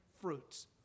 fruits